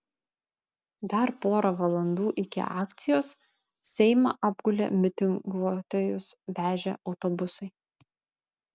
dar pora valandų iki akcijos seimą apgulė mitinguotojus vežę autobusai